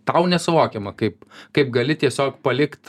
tau nesuvokiama kaip kaip gali tiesiog palikt